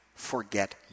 forget